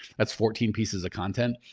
that's fourteen pieces of content.